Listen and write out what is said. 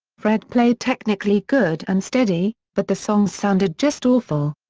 fred played technically good and steady, but the songs sounded just awful.